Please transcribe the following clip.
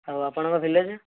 ଆଉ ଆପଣଙ୍କ ଭିଲେଜ